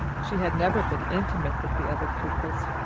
she had never been intimate with the other pupils,